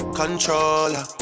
controller